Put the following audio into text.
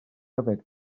yfed